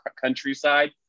countryside